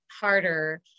harder